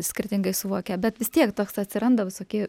skirtingai suvokia bet vis tiek toks atsiranda visokie